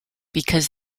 because